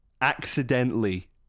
accidentally